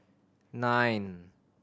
nine